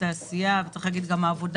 התעשייה שעוסק גם בעבודה